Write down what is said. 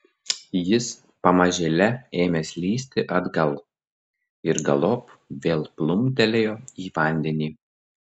jis pamažėle ėmė slysti atgal ir galop vėl plumptelėjo į vandenį